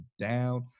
down